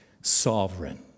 sovereign